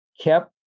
kept